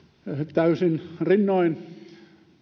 täysin rinnoin